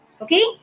okay